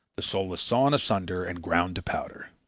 the soul is sawn asunder and ground to powder.